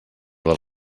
del